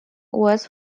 west